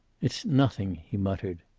it's nothing, he muttered.